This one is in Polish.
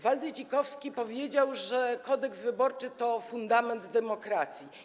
Waldy Dzikowski powiedział, że Kodeks wyborczy to fundament demokracji.